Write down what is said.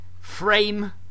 frame